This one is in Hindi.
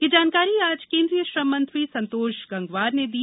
यह जानकारी आज केन्द्रीय श्रममंत्री संतोष गंगवार ने दी